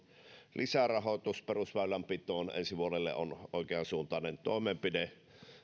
lisärahoitus perusväylänpitoon ensi vuodelle on oikeansuuntainen toimenpide